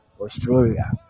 Australia